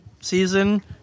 season